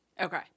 Okay